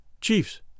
chiefs